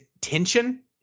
tension